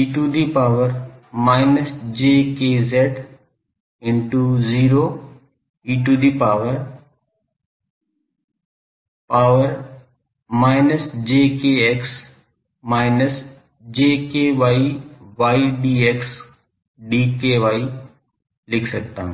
e to the power minus j kz into 0 e to the power minus j kx x minus j ky y d kx d ky लिख रहा हूँ